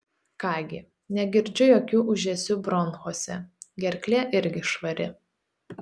ką gi negirdžiu jokių ūžesių bronchuose gerklė irgi švari